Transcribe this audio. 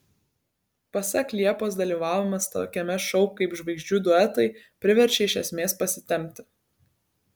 pasak liepos dalyvavimas tokiame šou kaip žvaigždžių duetai priverčia iš esmės pasitempti